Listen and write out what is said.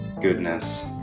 goodness